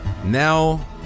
Now